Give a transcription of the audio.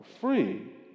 free